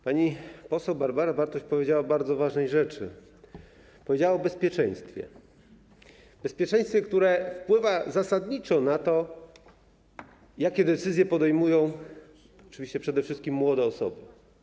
Pani poseł Barbara Bartuś powiedziała o bardzo ważnej rzeczy, powiedziała o bezpieczeństwie, bezpieczeństwie, które wpływa zasadniczo na to, jakie decyzje podejmują oczywiście przede wszystkim młode osoby.